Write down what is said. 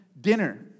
dinner